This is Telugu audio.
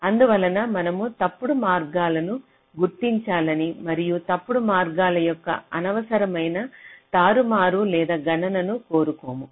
అందువలన మనము తప్పుడు మార్గాలను గుర్తించాలని మరియు తప్పుడు మార్గాల యొక్క అనవసరమైన తారుమారు లేదా గణనను కోరుకోము